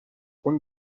اون